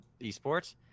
esports